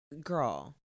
girl